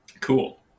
cool